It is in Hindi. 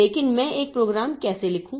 लेकिन मैं एक प्रोग्राम कैसे लिखूं